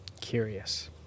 curious